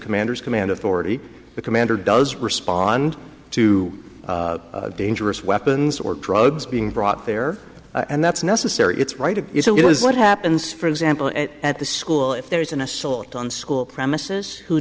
commander's command authority the commander does respond to dangerous weapons or drugs being brought there and that's necessary it's right to get what happens for example at the school if there is an assault on school premises who